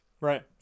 Right